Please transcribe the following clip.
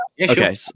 Okay